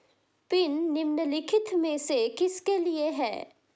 Pin निम्नलिखित में से किसके लिए है?